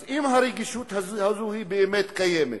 אז אם הרגישות הזו באמת קיימת,